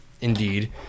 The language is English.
indeed